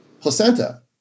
placenta